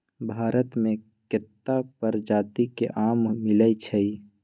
भारत मे केत्ता परजाति के आम मिलई छई